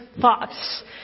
thoughts